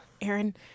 Aaron